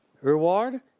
Reward